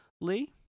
Lee